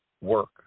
work